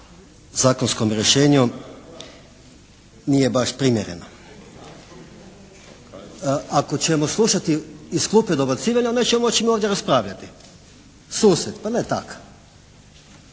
zakonskom rješenju nije baš primjereno. Ako ćemo slušati iz klupe dobacivanja onda nećemo moći ovdje raspravljati. Sused pa ne tak.